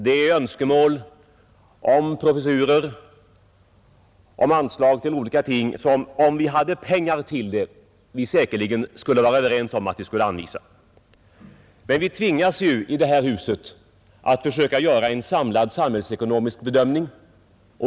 Det är önskemål om professurer och om anslag till olika ändamål, och om vi hade pengar till det, skulle vi säkerligen vara överens om att tillstyrka anslag. Men vi måste ju i det här huset göra en samlad samhällsekonomisk bedömning.